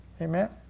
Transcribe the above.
Amen